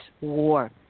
War